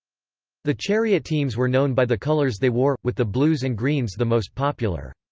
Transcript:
the chariot teams were known by the colours they wore, with the blues and greens the most popular.